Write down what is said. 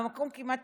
אני חושבת כמעט